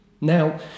Now